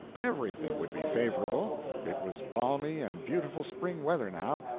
everything would be favorable it was balmy and beautiful spring weather now,